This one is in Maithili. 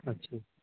अच्छे